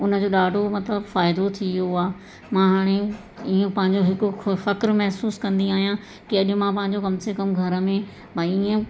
उन जो ॾाढो मतिलबु फ़ाइदो थी वियो आहे मां हाणे इहो पंहिंजो हिकु खो फख़्रु महिसूसु कंदी आहियां की अॼु मां पंहिंजो कम से कमु घर में भई हीअं